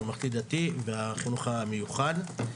הממלכתי דתי והחינוך המיוחד.